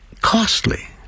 costly